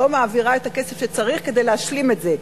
לא מעבירה את הכסף שצריך כדי להשלים את זה.